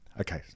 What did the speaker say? Okay